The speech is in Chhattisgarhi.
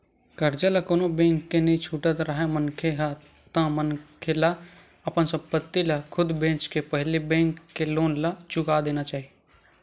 करजा ल कोनो बेंक के नइ छुटत राहय मनखे ह ता मनखे ला अपन संपत्ति ल खुद बेंचके के पहिली बेंक के लोन ला चुका देना चाही